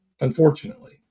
unfortunately